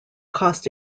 cost